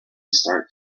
start